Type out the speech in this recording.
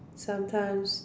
sometimes